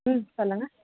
ம் சொல்லுங்கள்